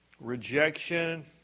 Rejection